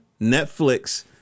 Netflix